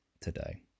today